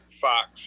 Fox